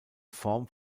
form